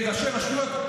בראשי רשויות.